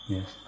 Yes